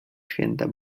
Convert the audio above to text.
święta